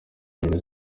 ebyiri